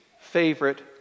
favorite